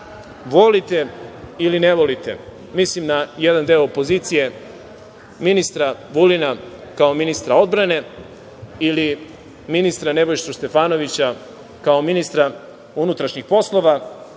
volite ili ne volite, mislim na jedan deo opozicije, ministra Vulina kao ministra odbrane ili ministra Nebojšu Stefanovića kao ministra unutrašnjih poslova,